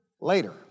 later